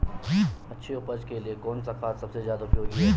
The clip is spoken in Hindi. अच्छी उपज के लिए कौन सा खाद सबसे ज़्यादा उपयोगी है?